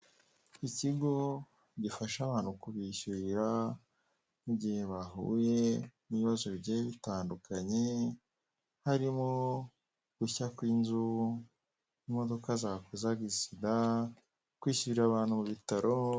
Ikigo gifasha abantu kubishyurira nk'igi bahuye n'ibibazo bigiye bitandukanye harimo gushya kw'inzu, imodoka zakoze agisida kwishyurira abantu mu bitaro.